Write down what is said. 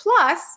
plus